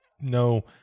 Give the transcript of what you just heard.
no